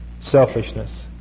selfishness